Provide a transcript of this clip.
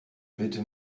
bitte